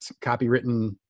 copywritten